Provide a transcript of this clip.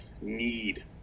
need